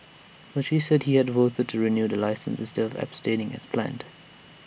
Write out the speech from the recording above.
but she said he had voted to renew the licence instead of abstaining as planned